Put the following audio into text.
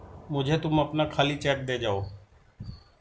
मुझे तुम अपना खाली चेक दे जाओ